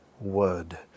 word